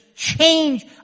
change